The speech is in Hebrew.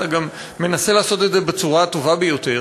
אתה גם מנסה לעשות את זה בצורה הטובה ביותר,